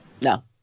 No